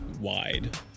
wide